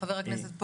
זה לא